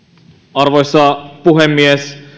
arvoisa puhemies